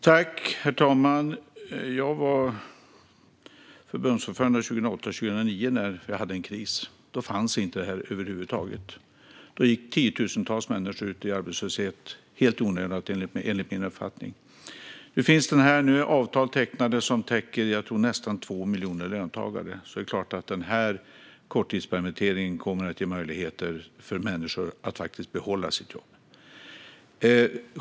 Herr talman! Jag var förbundsordförande 2008/2009 när vi hade en kris. Då fanns detta inte över huvud taget. Då gick tiotusentals människor ut i arbetslöshet helt i onödan, enligt min uppfattning. Nu finns det här. Nu är avtal som täcker nästan 2 miljoner löntagare tecknade. Det är klart att den här korttidspermitteringen kommer att ge människor möjligheter att behålla sina jobb.